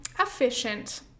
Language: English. efficient